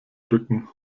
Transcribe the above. rücken